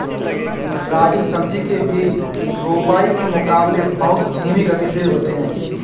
राजू सब्जी के बीज रोपाई के मुकाबले बहुत धीमी गति से उगते हैं